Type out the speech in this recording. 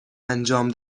انجام